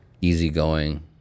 easygoing